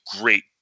great